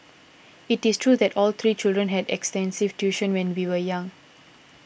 it is true that all three children had extensive tuition when we were young